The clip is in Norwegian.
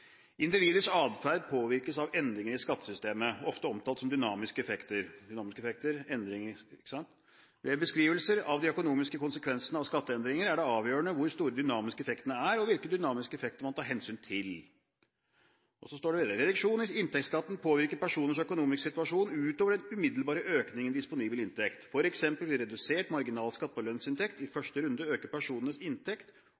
atferd påvirkes av endringer i skattesystemet, ofte omtalt som dynamiske effekter.» – Dynamiske effekter er endringer, ikke sant? – «Ved beskrivelser av de økonomiske konsekvensene av skatteendringer er det avgjørende hvor store de dynamiske effektene er og hvilke dynamiske effekter man tar hensyn til.» Så står det videre: «Reduksjon i inntektsskatten påvirker personers økonomiske situasjon utover den umiddelbare økningen i disponibel inntekt. For eksempel vil redusert marginalskatt på lønnsinntekt i